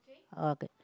okay